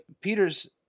Peter's